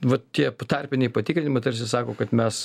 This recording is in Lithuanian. va tie tarpiniai patikrinimai tarsi sako kad mes